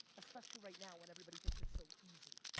especially right now when everybody thinks it's so easy.